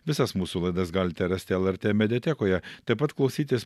visas mūsų laidas galite rasti lrt mediatekoje taip pat klausytis